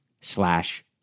slash